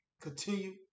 continue